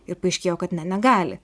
ir paaiškėjo kad negali